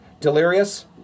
Delirious